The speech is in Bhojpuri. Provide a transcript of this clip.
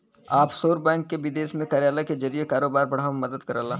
ऑफशोर बैंक विदेश में कार्यालय के जरिए कारोबार बढ़ावे में मदद करला